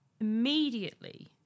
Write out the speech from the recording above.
immediately